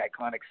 iconic